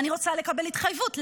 אני רוצה לקבל התחייבות.